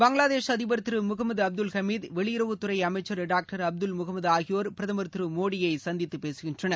பங்களாதேஷ் அதிபர் திரு முகமது அப்துல் ஹமீத் வெளியுறவுத்துறை அமைக்சர் டாக்டர் அப்துல் முகமது ஆகியோர் பிரதமர் திரு மோடியை சந்தித்து பேசுகிறார்கள்